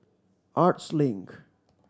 Arts Link